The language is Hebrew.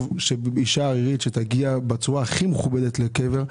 שאישה ערירית תגיע בצורה הכי מכובדת לקבר.